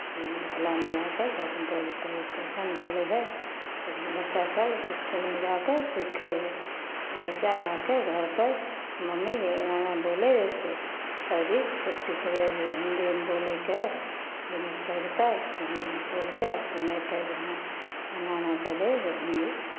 मिथिलामे जा कऽ से अपन बोलतै कैसन बोलै हइ बच्चासभ इसकुलमे जा कऽ सीखै हइ बच्चा आ कऽ घरपर मम्मी एना एना बोलै हइ से सरजी से सिखबै हइ जे हिंदीमे बोलयके तऽ हिंदीमे पढ़तै हिंदीमे पढ़ि कऽ सुनेतै जे हँ एना एना बोलै हइ हिंदी